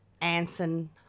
Anson